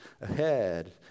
ahead